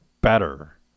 better